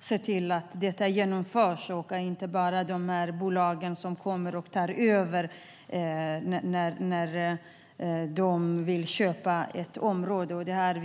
se till att detta genomförs och att det inte bara är dessa bolag som tar över när de vill köpa ett område.